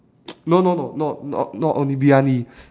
no no no no not not only briyani